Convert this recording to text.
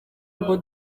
ngo